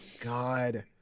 god